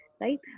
right